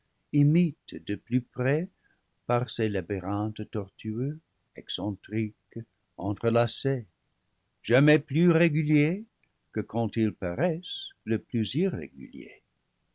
imite de plus près par ses labyrinthes tortueux excentriques entrelacés jamais plus réguliers que quand ils paraissent le plus irréguliers